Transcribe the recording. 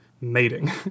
mating